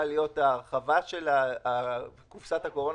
הרחבת קופסת הקורונה,